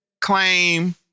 claim